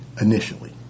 initially